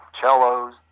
cellos